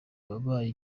wabaye